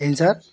ఏమి సార్